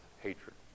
hatred